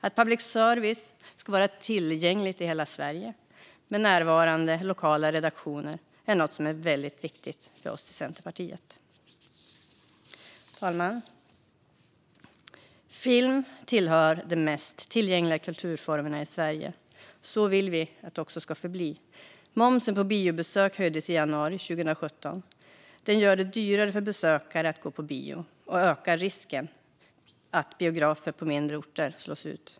Att public service finns tillgänglig i hela Sverige med närvarande lokala redaktioner är väldigt viktigt för oss i Centerpartiet. Fru talman! Film hör till de mest tillgängliga kulturformerna i Sverige. Så vill vi att det ska förbli. Momsen på biobesök höjdes i januari 2017. Den gör det dyrare för besökare att gå på bio och ökar risken att biografer på mindre orter slås ut.